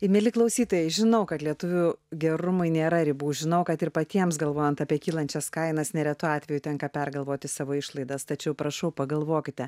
į mieli klausytojai žinau kad lietuvių gerumui nėra ribų žinau kad ir patiems galvojant apie kylančias kainas neretu atveju tenka pergalvoti savo išlaidas tačiau prašau pagalvokite